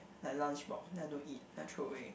like lunch box then I don't eat then I throw away